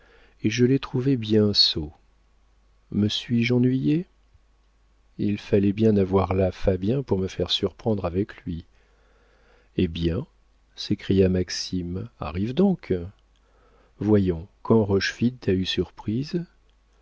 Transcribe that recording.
et je l'ai trouvé bien sot me suis-je ennuyée il fallait bien avoir là fabien pour me faire surprendre avec lui eh bien s'écria maxime arrive donc voyons quand rochefide t'a